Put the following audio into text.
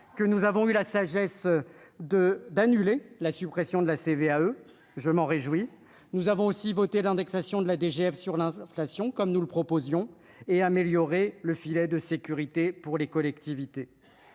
que nous avons eu la sagesse de d'annuler la suppression de la CVAE, je m'en réjouis, nous avons aussi voté l'indexation de la DGF sur l'inflation, comme nous le proposions et améliorer le filet de sécurité pour les collectivités,